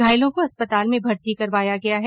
घायलों को अस्पताल में भर्ती करवाया गया है